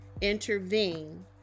intervene